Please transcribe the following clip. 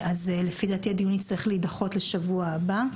אז לפי דעתי הדיון יצטרך להידחות לשבוע הבא,